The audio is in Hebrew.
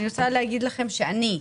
אני רוצה לומר לכם שאני,